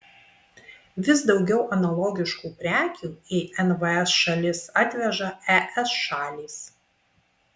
vis daugiau analogiškų prekių į nvs šalis atveža es šalys